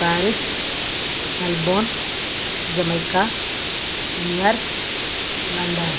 Paris Melbourne jamaica New York London